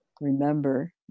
Remember